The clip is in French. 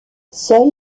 seul